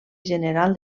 general